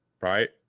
Right